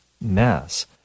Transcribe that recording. mass